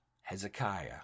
Hezekiah